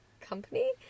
company